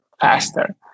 faster